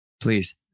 Please